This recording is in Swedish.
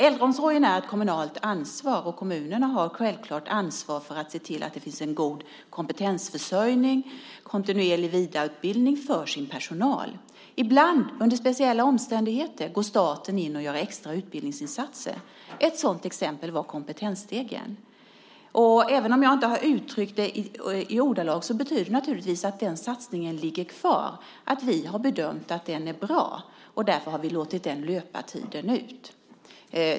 Äldreomsorgen är ett kommunalt ansvar, och kommunerna har självklart ansvar för att se till att det finns en god kompetensförsörjning och kontinuerlig vidareutbildning för personalen. Ibland, under speciella omständigheter, går staten in och gör extra utbildningsinsatser. Ett sådant exempel är Kompetensstegen. Även om jag inte uttryckt det i ord ligger den satsningen naturligtvis kvar. Vi har bedömt att den är bra, och därför låter vi den löpa tiden ut.